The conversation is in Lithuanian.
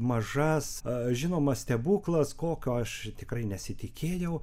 mažas žinoma stebuklas kokio aš tikrai nesitikėjau